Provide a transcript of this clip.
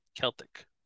Celtic